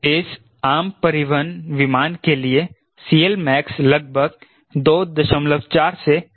इस आम परिवहन विमान के लिए CLmax लगभग 24 से 3 के आसपास है